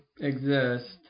exist